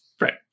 Right